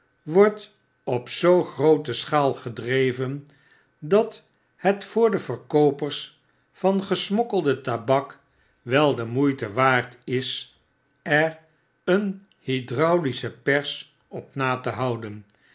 wordt op zoo groote schaal gedreven dat het voor de verkoopers van gesmokkelde tabak wel demoeite waard is er een hydraulische persop natehouden ten